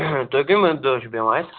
تُہۍ کَمہِ حظ دۄہ چھِو بیٚہوان اتہِ